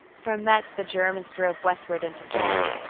from metz the germans drove westward into france.